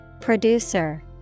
Producer